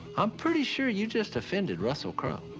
i'm pretty sure you just offended russell crowe.